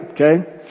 okay